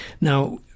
Now